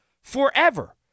forever